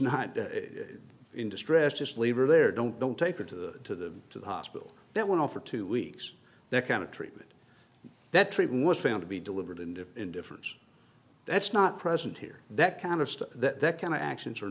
not in distress just leave her there don't don't take her to the to the hospital that went on for two weeks that kind of treatment that treatment was found to be deliberate and indifference that's not present here that kind of stuff that that kind of actions are